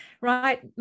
Right